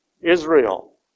Israel